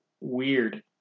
weird